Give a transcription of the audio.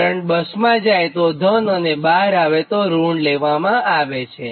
current બસમાં જાયતો ધન અને બહાર આવે તો ઋણ લેવામાં આવે છે